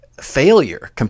failure